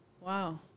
Wow